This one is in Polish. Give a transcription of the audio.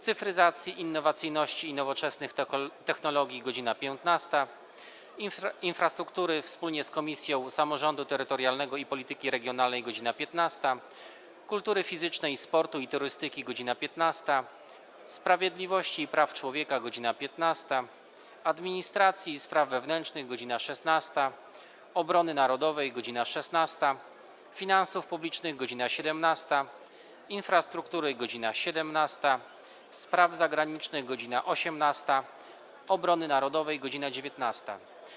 Cyfryzacji, Innowacyjności i Nowoczesnych Technologii - godz. 15, - Infrastruktury wspólnie z Komisją Samorządu Terytorialnego i Polityki Regionalnej - godz. 15, - Kultury Fizycznej, Sportu i Turystyki - godz. 15, - Sprawiedliwości i Praw Człowieka - godz. 15, - Administracji i Spraw Wewnętrznych - godz. 16, - Obrony Narodowej - godz. 16, - Finansów Publicznych - godz. 17, - Infrastruktury - godz. 17, - Spraw Zagranicznych - godz. 18, - Obrony Narodowej - godz. 19.